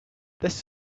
this